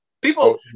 People